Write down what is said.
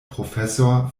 professor